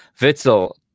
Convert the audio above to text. Witzel